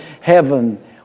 heaven